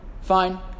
Fine